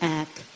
act